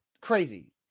crazy